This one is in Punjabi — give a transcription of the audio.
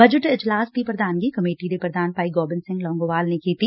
ਬਜਟ ਇਜਲਾਸ ਦੀ ਪ੍ਰਧਾਨਗੀ ਕਮੇਟੀ ਦੇ ਪ੍ਰਧਾਨ ਭਾਈ ਗੋਬਿੰਦ ਸਿੰਘ ਲੌਂਗੋਵਾਲ ਨੇ ਕੀਤੀ